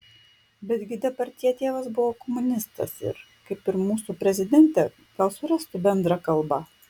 bet gi depardjė tėvas buvo komunistas ir kaip ir mūsų prezidentė gal surastų bendrą kalbą